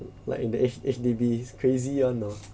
like in the H H_D_B crazy one know